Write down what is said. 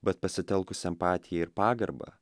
bet pasitelkus empatiją ir pagarbą